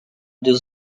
deux